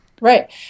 Right